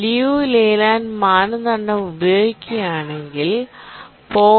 Liu Leyland മാനദണ്ഡംഉപയോഗിക്കുകയാണെങ്കിൽ0